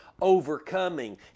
overcoming